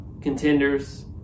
contenders